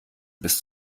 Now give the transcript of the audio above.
bis